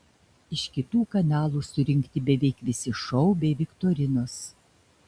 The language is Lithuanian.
iš kitų kanalų surinkti beveik visi šou bei viktorinos